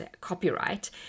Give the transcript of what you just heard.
copyright